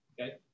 okay